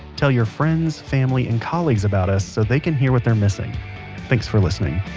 tell your friends, family, and colleagues about us so they can hear what they're missing thanks for listening